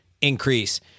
increase